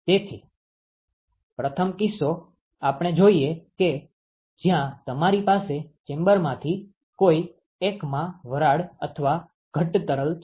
તેથી પ્રથમ કીસ્સો આપણે જોઈએ કે જ્યાં તમારી પાસે ચેમ્બરમાંથી કોઈ એકમાં વરાળ અથવા ઘટ્ટ તરલ છે